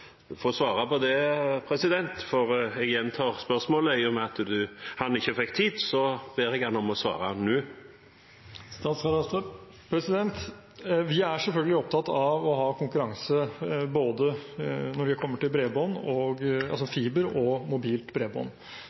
til å svare på det, for jeg gjentar spørsmålet. I og med at han ikke fikk tid, ber jeg ham om å svare nå. Vi er selvfølgelig opptatt av å ha konkurranse både når det kommer til fiber og mobilt